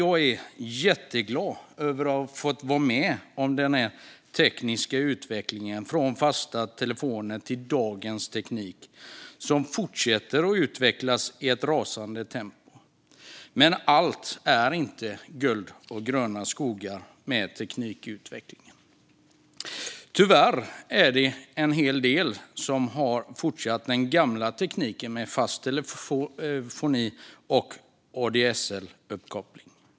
Jag är jätteglad över att ha fått vara med om denna tekniska utveckling, från fasta telefoner till dagens teknik, som fortsätter att utvecklas i ett rasande tempo. Men inte allt med teknikutvecklingen är guld och gröna skogar. Tyvärr är det en hel del som fortsätter att ha den gamla tekniken med fast telefoni och ADSL-uppkoppling.